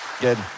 Good